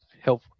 help